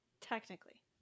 technically